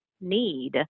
need